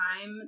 time